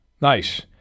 nice